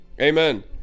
Amen